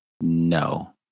No